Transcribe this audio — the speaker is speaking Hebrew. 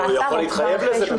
הוא יכול להתחייב לזה.